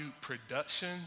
production